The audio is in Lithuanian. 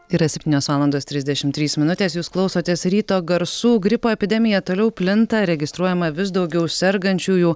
yra septynios valandos trisdešimt trys minutės jūs klausotės ryto garsų gripo epidemija toliau plinta registruojama vis daugiau sergančiųjų